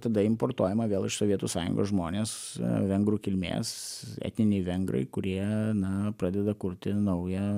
tada importuojama vėl iš sovietų sąjungos žmonės vengrų kilmės etniniai vengrai kurie na pradeda kurti naują